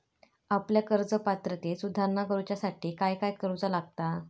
आपल्या कर्ज पात्रतेत सुधारणा करुच्यासाठी काय काय करूचा लागता?